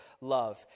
love